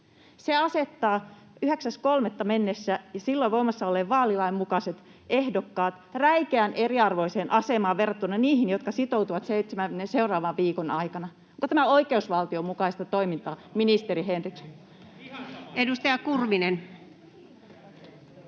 Se asettaa 9.3. mennessä asetetut, silloin voimassa olleen vaalilain mukaiset ehdokkaat räikeän eriarvoiseen asemaan verrattuna niihin, jotka sitoutuvat seitsemän seuraavan viikon aikana. Onko tämä oikeusvaltion mukaista toimintaa, ministeri Henriksson? [Speech